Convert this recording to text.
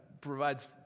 provides